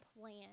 plan